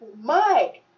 mike